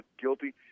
guilty